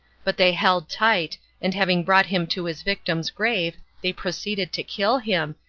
but they held tight, and having brought him to his victim's grave, they proceeded to kill him,